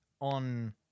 on